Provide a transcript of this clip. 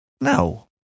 No